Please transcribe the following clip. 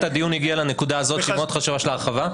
קצת הדיון הגיע לנקודה הזאת שהיא מאוד חשובה של ההרחבה,